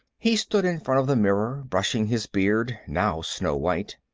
he stood in front of the mirror, brushing his beard, now snow-white.